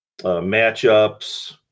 matchups